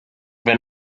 been